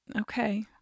Okay